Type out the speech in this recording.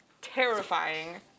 terrifying